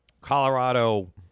colorado